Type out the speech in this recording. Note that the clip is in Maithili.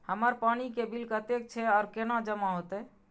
हमर पानी के बिल कतेक छे और केना जमा होते?